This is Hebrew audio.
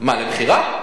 למכירה?